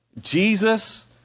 Jesus